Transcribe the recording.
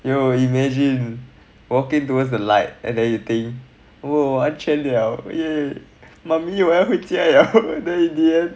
you imagine walking towards the light and then you think !whoa! 完成了 yeah mummy 我要回家了 then in the end